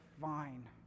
fine